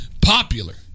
popular